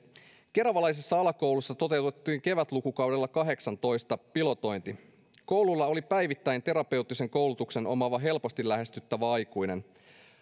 keravalaisessa alakoulussa toteutettiin kevätlukukaudella kaksituhattakahdeksantoista pilotointi koululla oli päivittäin terapeuttisen koulutuksen omaava helposti lähestyttävä aikuinen